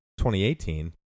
2018